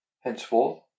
Henceforth